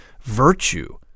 virtue